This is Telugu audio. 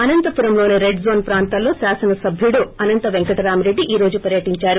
అనంతపురంలోని రెడ్ జోన్ ప్రాంతాల్లో శాసన సభ్యుడు అనంత వెంకట్రామిరెడ్డి ఈ రోజు పర్యటిందారు